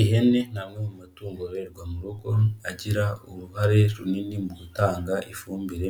Ihene ni amwe mu matungo yororerwa mu rugo agira uruhare runini mu gutanga ifumbire